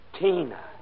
Tina